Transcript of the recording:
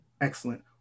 Excellent